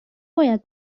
باید